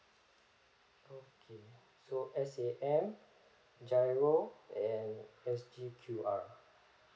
okay so S_A_M GIRO and S_G_Q_R